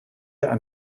ein